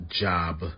job